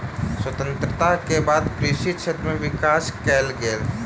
स्वतंत्रता के बाद कृषि क्षेत्र में विकास कएल गेल